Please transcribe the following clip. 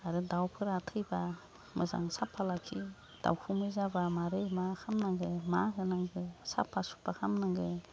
आरो दावफोरा थैबा मोजां साफा लाखियो दावखुमै जाबा मारै मा खामनांगौ मा होनांगो साफा सुफा खामनांगो